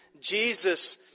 Jesus